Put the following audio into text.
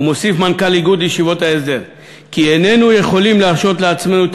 ומוסיף מנכ"ל איגוד ישיבות ההסדר כי "איננו יכולים להרשות לעצמנו את